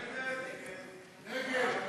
ההסתייגות